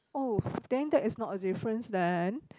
oh then that is not a difference then